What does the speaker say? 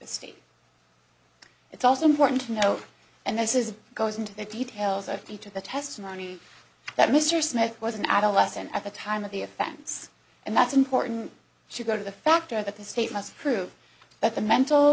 the state it's also important to note and this is goes into the details i think to the testimony that mr smith was an adolescent at the time of the offense and that's important to go to the factor that the state must prove that the mental